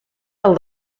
del